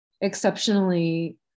exceptionally